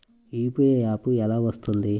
UPI app ఎలా వస్తుంది?